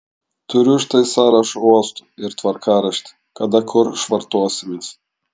turiu štai sąrašą uostų ir tvarkaraštį kada kur švartuosimės